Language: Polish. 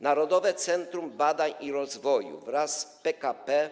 Narodowe Centrum Badań i Rozwoju wraz z PKP